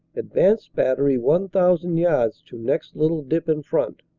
advanced battery one thousand yards to next little dip in front.